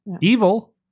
evil